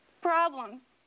problems